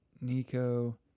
Nico